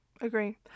Agree